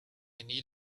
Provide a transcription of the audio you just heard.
need